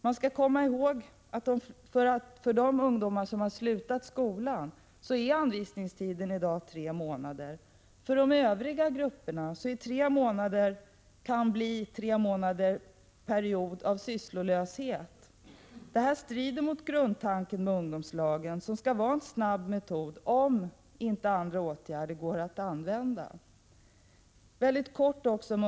Man skall komma ihåg att för de ungdomar som har slutat skolan är anvisningstiden i dag tre månader, men för de övriga grupperna kan tre månader bli en period av sysslolöshet. Detta strider mot grundtanken med ungdomslagen, som skall vara en snabb metod om andra åtgärder inte går att använda.